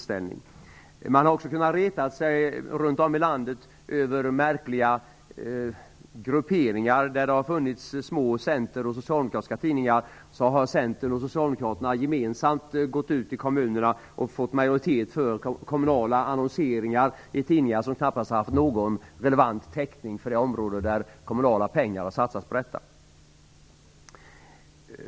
Man har runt om i landet också kunnat reta sig på märkliga grupperingar; där det har funnits små centerpartistiska och socialdemokratiska tidningar har Centern och Socialdemokraterna gått ut gemensamt i kommunerna och fått majoritet för kommunal annonsering i tidningar som knappast har haft någon relevant täckning i det område där kommunala pengar har satsats på detta.